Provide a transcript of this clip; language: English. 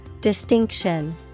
Distinction